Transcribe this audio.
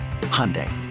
Hyundai